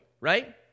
Right